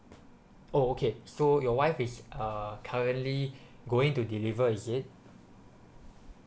oh okay so your wife is uh currently going to deliver is it